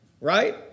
right